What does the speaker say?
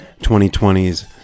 2020's